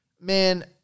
man